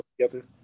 together